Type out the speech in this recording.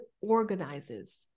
organizes